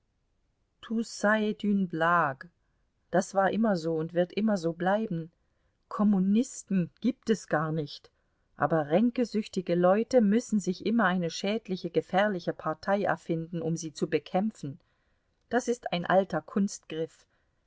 das war immer so und wird immer so bleiben kommunisten gibt es gar nicht aber ränkesüchtige leute müssen sich immer eine schädliche gefährliche partei erfinden um sie zu bekämpfen das ist ein alter kunstgriff